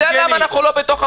אתה יודע למה אנחנו לא בממשלה,